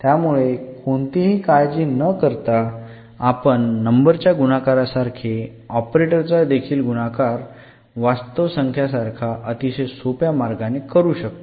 त्यामुळे कोणतीही काळजी न करता आपण नंबरच्या गुणाकारासारखे ऑपरेटरचा देखील गुणाकार वास्तव संख्या सारखा अतिशय सोप्या मार्गाने करू शकतो